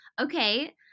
Okay